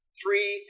three